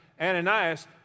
Ananias